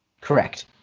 Correct